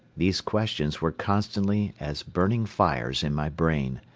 these questions were constantly as burning fires in my brain.